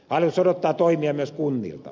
hallitus odottaa toimia myös kunnilta